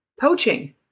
poaching